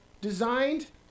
designed